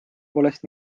poolest